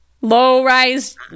Low-rise